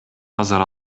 азыр